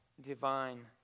divine